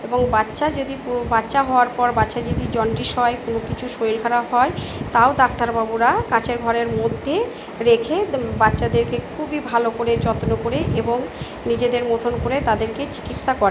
এবং বাচ্চা যদি বাচ্চা হওয়ার পর বাচ্চার যদি জন্ডিস হয় কোনো কিছু শরীর খারাপ হয় তাও ডাক্তারবাবুরা কাঁচের ঘরের মধ্যে রেখে বাচ্চাদেরকে খুবই ভালো করে যত্ন করে এবং নিজেদের মতন করে তাদেরকে চিকিৎসা করে